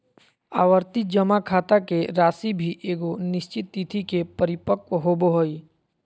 आवर्ती जमा खाता के राशि भी एगो निश्चित तिथि के परिपक्व होबो हइ